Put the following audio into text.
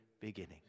beginning